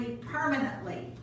permanently